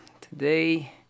Today